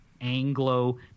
Anglo